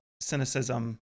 cynicism